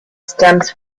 stems